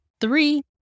three